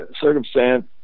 circumstance